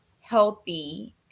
healthy